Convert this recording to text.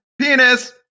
penis